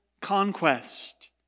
conquest